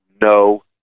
no